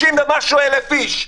יותר מ-60,000 איש.